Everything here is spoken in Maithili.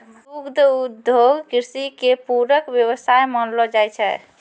दुग्ध उद्योग कृषि के पूरक व्यवसाय मानलो जाय छै